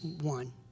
one